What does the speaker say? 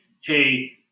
hey